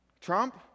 Trump